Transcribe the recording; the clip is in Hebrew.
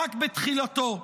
רק בתחילתו.